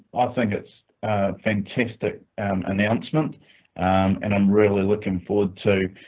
ah think it's a fantastic announcement and i'm really looking forward to.